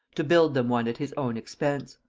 to build them one at his own expense.